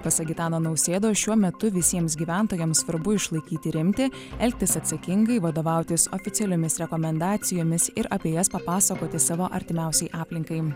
pasak gitano nausėdos šiuo metu visiems gyventojams svarbu išlaikyti rimtį elgtis atsakingai vadovautis oficialiomis rekomendacijomis ir apie jas papasakoti savo artimiausiai aplinkai